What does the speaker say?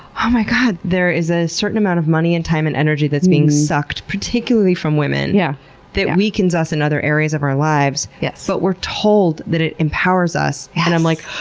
oh, my god. there is a certain amount of money and time and energy that's being sucked, particularly from women, yeah that weakens us in and other areas of our lives. yes! but we're told that it empowers us and i'm like,